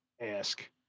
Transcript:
Ask